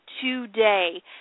today